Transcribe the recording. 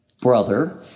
brother